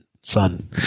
son